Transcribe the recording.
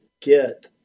get